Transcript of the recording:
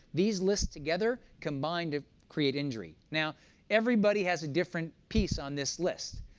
these lists together combine to create injury. now everybody has a different piece on this list,